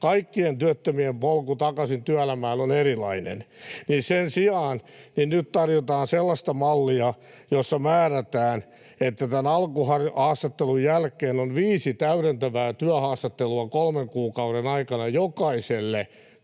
kaikkien työttömien polku takaisin työelämään on erilainen. Sen sijaan nyt tarjotaan sellaista mallia, jossa määrätään, että tämän alkuhaastattelun jälkeen on viisi täydentävää työhaastattelua kolmen kuukauden aikana jokaiselle